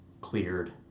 cleared